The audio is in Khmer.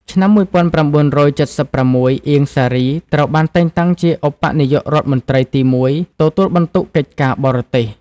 ឆ្នាំ១៩៧៦ អៀង សារី ត្រូវបានតែងតាំងជាឧបនាយករដ្ឋមន្ត្រីទីមួយ ទទួលបន្ទុកកិច្ចការបរទេស ។